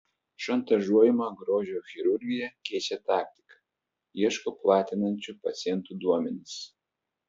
šantažuojama grožio chirurgija keičia taktiką ieško platinančių pacientų duomenis